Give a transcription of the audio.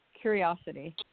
curiosity